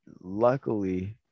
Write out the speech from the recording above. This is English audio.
luckily